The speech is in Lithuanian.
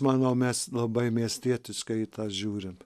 manau mes labai miestietiškai į tą žiūrim